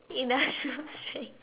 industrial strength